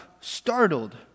startled